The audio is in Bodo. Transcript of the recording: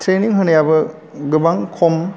ट्रेनिं होनायाबो गोबां खम